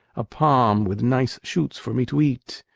a palm with nice shoots for me to eat,